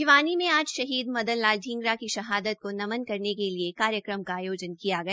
भिवानी में आज शहीद मदन लाल ढींगरा की शहादत को नमन् करने के लिए कार्यक्रम का आयोजन किया गया